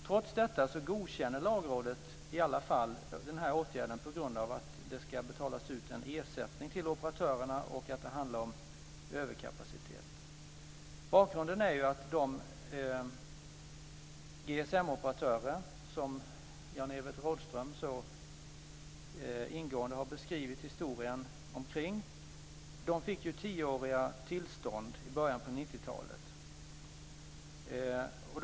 Trots detta godkänner Lagrådet denna åtgärd, på grund av att det ska betalas ut en ersättning till operatörerna och på grund av att det handlar om överkapacitet. Bakgrunden är att GSM-operatörerna, vars historia Jan-Evert Rådhström så ingående har beskrivit, fick tioåriga tillstånd i början på 90-talet.